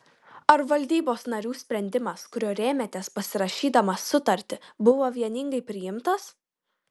ar valdybos narių sprendimas kuriuo rėmėtės pasirašydamas sutartį buvo vieningai priimtas